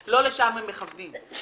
שלא לשם הם מכוונים.